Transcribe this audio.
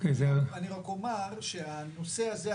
אני רק אומר שהנושא הזה,